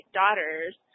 daughters